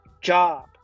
job